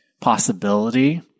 possibility